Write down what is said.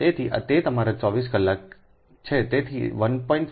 તેથી તે તમારા 24 કલાક છે